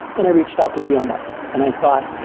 and i reached out to vmware and i thought,